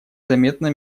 заметно